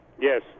Yes